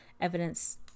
evidence